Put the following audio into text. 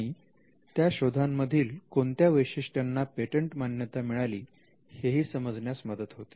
आणि त्या शोधा मधील कोणत्या वैशिष्ट्यांना पेटंट मान्यता मिळाली हेही समजण्यास मदत होते